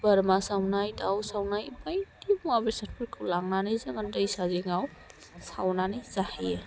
बोरमा साउनाय दाउ साउनाय बायदि मुवा बेसादफोरखौ लांनानै दैसा जिंआव साउनानै जाहैयो